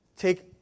Take